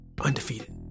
undefeated